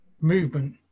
Movement